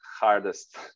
hardest